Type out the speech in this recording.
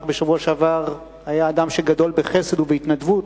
רק בשבוע שעבר היה זה אדם שגדול בחסד ובהתנדבות,